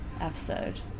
episode